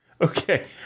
Okay